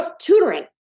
Tutoring